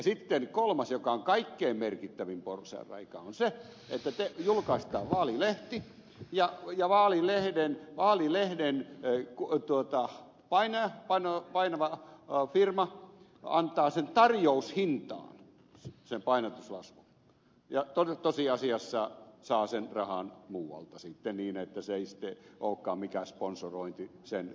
sitten kolmas asia joka on kaikkein merkittävin porsaanreikä on se että julkaistaan vaalilehti ja vaalilehden tai kuka tuo taas paine on ollut painavalla painava firma antaa sen painatuslaskun tarjoushintaan ja tosiasiassa saa sen rahan sitten muualta niin että se ei sitten olekaan mikään sponsorointi sen firman puolelta